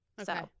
Okay